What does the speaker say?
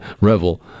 Revel